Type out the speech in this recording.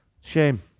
Shame